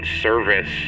service